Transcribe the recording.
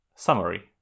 Summary